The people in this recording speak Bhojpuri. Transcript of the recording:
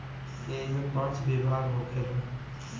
ऐइमे पाँच विभाग होखेला